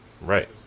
Right